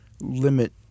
limit